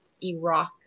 Iraq